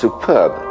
Superb